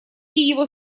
его